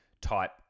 type